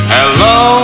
Hello